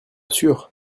sûr